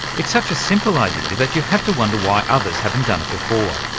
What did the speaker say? it's such a simple idea that you have to wonder why others haven't done it before.